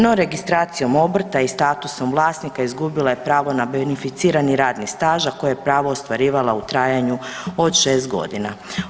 No registracijom obrta i statusom vlasnika izgubila je pravo na beneficirani radni staž, a koje pravo je ostvarivala u trajanju od 6.g.